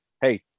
Hey